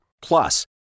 Plus